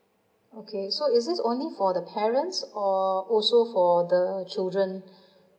okay so is this only for the parents or also for the children